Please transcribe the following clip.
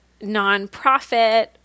nonprofit